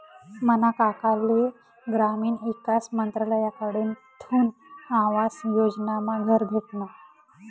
मना काकाले ग्रामीण ईकास मंत्रालयकडथून आवास योजनामा घर भेटनं